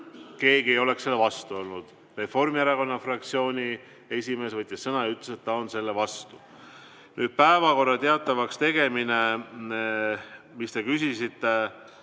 keegi ei oleks selle vastu olnud. Reformierakonna fraktsiooni esimees võttis sõna ja ütles, et ta on selle vastu. Päevakorra teatavaks tegemist, mida te küsisite,